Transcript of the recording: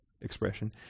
expression